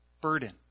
burden